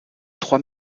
trois